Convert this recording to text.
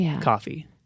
coffee